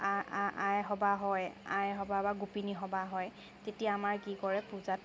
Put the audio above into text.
আই সবাহ হয় আই সবাহ বা গোপিনী সবাহ হয় তেতিয়া আমাৰ কি কৰে পূজাত